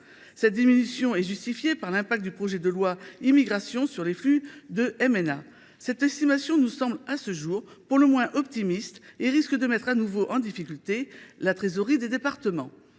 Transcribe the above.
Cette diminution est justifiée par l’impact du projet de loi sur l’immigration sur les flux de MNA. Cette estimation nous semble, à ce jour, pour le moins optimiste et une telle décision risque de mettre de nouveau en difficulté la trésorerie des départements.